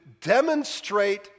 demonstrate